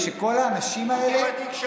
אותי מדאיג,